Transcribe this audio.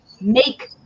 make